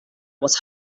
what